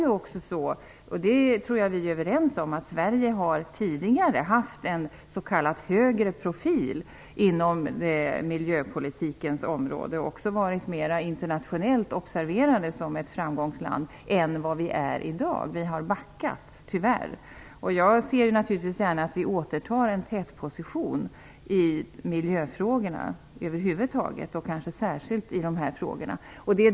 Jag tror att vi är överens om att Sverige tidigare haft en s.k. högre profil inom miljöpolitiken och också varit internationellt ansett som ett framgångsland i högre grad än i dag. Vi har tyvärr backat. Jag ser naturligtvis gärna att vi återtar en tätposition i miljöfrågorna över huvud taget och särskilt i dessa frågor.